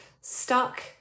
stuck